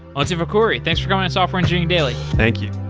onsi fakhouri, thanks for coming on software engineering daily. thank you.